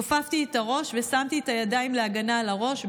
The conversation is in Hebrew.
כופפתי את הראש ושמתי את הידיים להגנה על הראש.